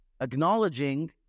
acknowledging